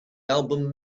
album